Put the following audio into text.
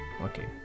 Okay